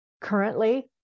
Currently